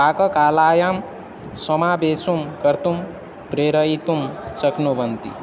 पाककलायां समावेष्टुं कर्तुं प्रेरयितुं शक्नुवन्ति